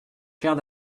claire